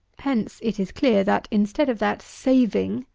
hence it is clear, that, instead of that saving,